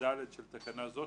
(ד) של תקנה זו,